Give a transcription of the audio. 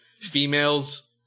females